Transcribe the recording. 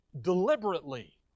deliberately